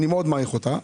אני מאוד מעריך אותך.